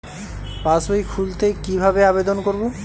পাসবই খুলতে কি ভাবে আবেদন করব?